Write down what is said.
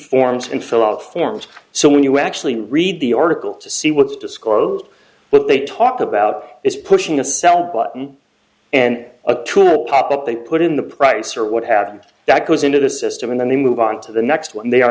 forms and fill out forms so when you actually read the article to see what's disclosed what they talk about is pushing a sell button and a pop up they put in the price or what happens that goes into the system and then they move on to the next one they are